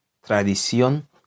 tradición